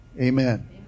amen